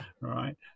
right